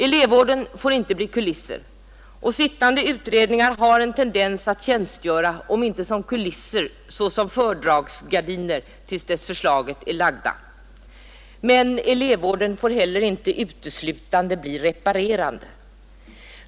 Elevvården får inte bli kulisser — och sittande utredningar har en tendens att tjänstgöra om inte som kulisser så som fördragsgardiner tills förslagen är lagda. Men elevvården får heller inte uteslutande bli reparerande.